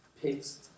pigs